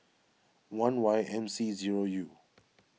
one Y M C zero U